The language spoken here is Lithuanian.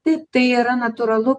taip tai yra natūralu